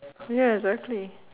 ya exactly